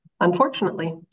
unfortunately